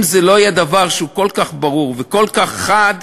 אם זה לא יהיה דבר שהוא כל כך ברור וכל כך חד,